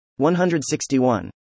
161